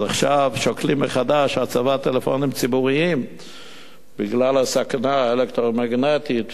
אז עכשיו שוקלים מחדש הצבת טלפונים ציבוריים בגלל הסכנה האלקטרומגנטית,